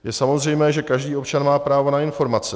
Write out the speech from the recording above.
Je samozřejmé, že každý občan má právo na informace.